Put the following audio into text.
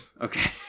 Okay